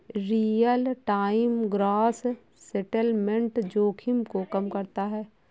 real time gross settlement जोखिम को कम करता है